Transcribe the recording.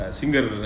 singer